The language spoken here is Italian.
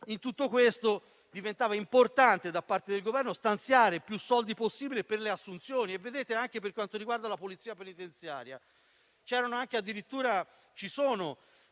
In tutto questo sarebbe stato importante da parte del Governo stanziare più soldi possibili per le assunzioni. Anche per quanto riguarda la Polizia penitenziaria